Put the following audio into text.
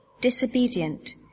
disobedient